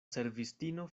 servistino